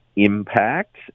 Impact